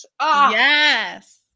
Yes